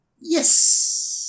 yes